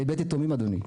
לבית יתומים אדוני.